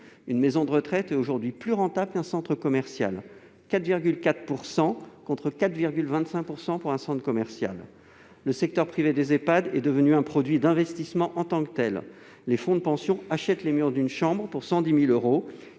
Une maison de retraite est aujourd'hui plus rentable qu'un centre commercial : 4,4 %, contre 4,25 %. Le secteur privé des Ehpad est devenu un produit d'investissement en tant que tel. Les fonds de pension achètent les murs d'une chambre pour 110 000 euros,